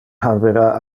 habera